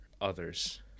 others